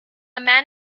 man